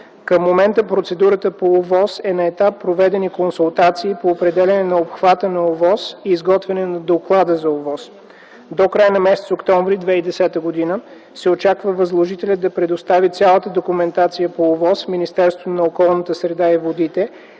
Към момента процедурата по ОВОС е на етап проведени консултации по определяне на обхвата на ОВОС и изготвяне на доклада за ОВОС. До края на м. октомври 2010 г. се очаква възложителят да предостави цялата документация по ОВОС в Министерството на околната среда и водите